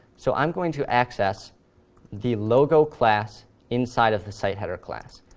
so i'm going to access the logo class inside of the site header class.